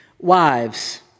Wives